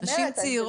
רואה נשים צעירות,